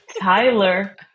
Tyler